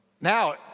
now